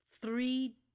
three